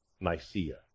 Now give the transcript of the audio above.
Nicaea